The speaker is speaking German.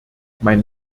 mein